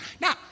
Now